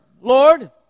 Lord